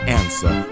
answer